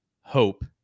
hope